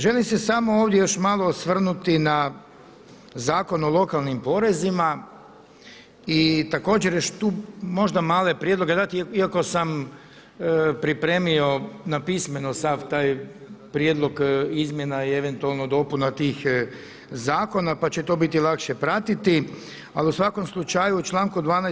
Želim se samo ovdje malo još osvrnuti na Zakon o lokalnim porezima i također još tu možda male prijedloge dati iako sam pripremio na pismeno sav taj prijedlog izmjena i eventualno dopuna tih zakona pa će to biti lakše pratiti, ali u svakom slučaju u članku 12.